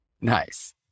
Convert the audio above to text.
Nice